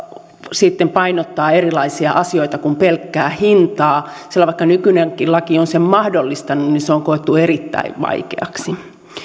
painottaa erilaisia asioita kuin pelkkää hintaa sillä vaikka nykyinenkin laki on sen mahdollistanut niin se on koettu erittäin vaikeaksi